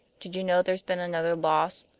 did you know there's been another loss?